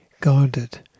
guarded